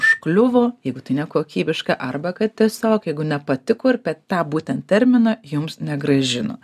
užkliuvo jeigu tai nekokybiška arba kad tiesiog jeigu nepatiko ir per tą būtent terminą jums negrąžino